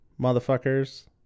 motherfuckers